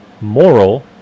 moral